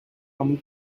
come